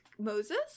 moses